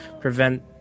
prevent